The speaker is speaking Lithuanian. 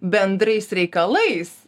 bendrais reikalais